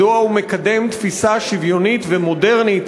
מדוע הוא מקדם תפיסה שוויונית ומודרנית